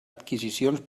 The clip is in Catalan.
adquisicions